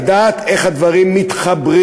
איך הדברים מתחברים.